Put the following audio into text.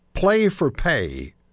play-for-pay